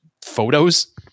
photos